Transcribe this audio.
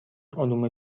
علوم